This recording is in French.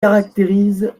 caractérise